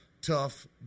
tough